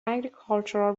agricultural